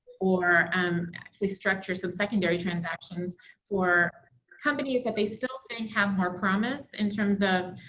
or um actually structure some secondary transactions for companies that they still think have more promise in terms of